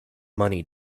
money